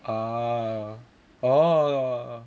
oh oh